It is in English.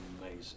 amazing